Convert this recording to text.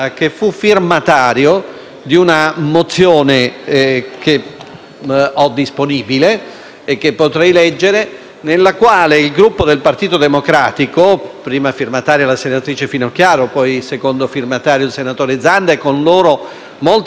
ho disponibile e che potrei leggere, nella quale il Gruppo del Partito Democratico (prima firmataria la senatrice Finocchiaro e secondo firmatario il senatore Zanda e con loro molti parlamentari) in occasione del cosiddetto caso Englaro